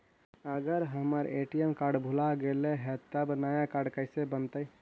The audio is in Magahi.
अगर हमर ए.टी.एम कार्ड भुला गैलै हे तब नया काड कइसे बनतै?